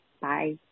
Bye